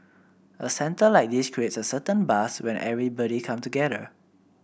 a centre like this creates a certain buzz when everybody come together